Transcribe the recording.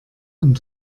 und